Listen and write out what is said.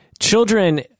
Children